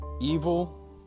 Evil